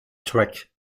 trek